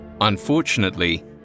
Unfortunately